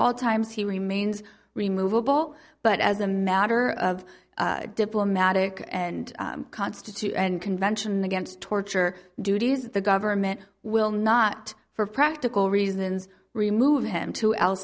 all times he remains removeable but as a matter of diplomatic and constitution and convention against torture duties the government will not for practical reasons remove him to el